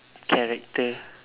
character